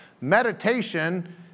Meditation